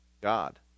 God